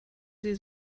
sie